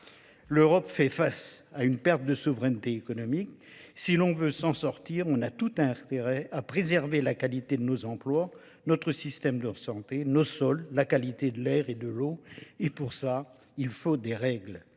L'Europe fait face à une perte de souveraineté économique. Si l'on veut s'en sortir, on a tout intérêt à préserver la qualité de nos emplois, notre système de santé, nos sols, la qualité de l'air et de l'eau. Et pour ça, il faut des règles.